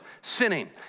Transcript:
sinning